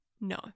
No